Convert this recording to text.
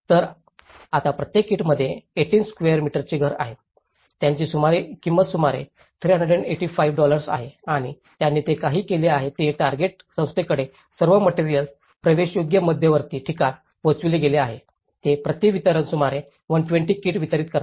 तर आता प्रत्येक किटमध्ये 18 स्वेअर मीटरचे घर आहे ज्याची किंमत सुमारे 385 डॉलर्स आहे आणि त्यांनी जे काही केले आहे ते टार्गेट संस्थेकडे सर्व मटेरिअल्स प्रवेशयोग्य मध्यवर्ती ठिकाणी पोचवले गेले आहे जे प्रति वितरण सुमारे 120 किट वितरीत करतात